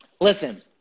Listen